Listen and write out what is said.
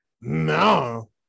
No